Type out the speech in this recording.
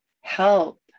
help